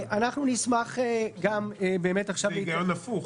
זה היגיון הפוך.